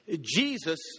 Jesus